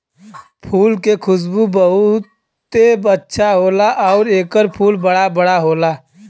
फूल के खुशबू बहुते अच्छा होला आउर एकर फूल बड़ा बड़ा होला